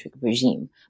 regime